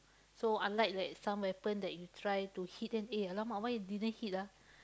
so unlike like some weapon that you try to hit then eh !alamak! why didn't hit ah